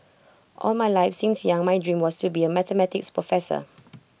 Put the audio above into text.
all my life since young my dream was to be A mathematics professor